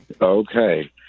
Okay